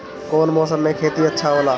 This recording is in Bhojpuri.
कौन मौसम मे खेती अच्छा होला?